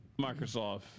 Microsoft